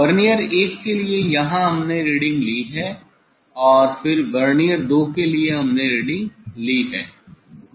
vernier 1 के लिए यहां हमने रीडिंग ली है और फिर वर्नियर 2 के लिए हमने रीडिंग ली है